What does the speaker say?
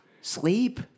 sleep